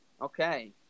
Okay